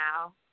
now